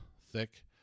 thick